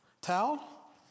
towel